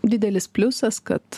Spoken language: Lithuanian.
didelis pliusas kad